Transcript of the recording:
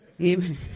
Amen